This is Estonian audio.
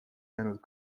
jäänud